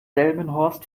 delmenhorst